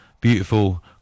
beautiful